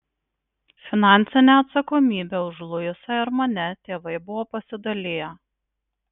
finansinę atsakomybę už luisą ir mane tėvai buvo pasidaliję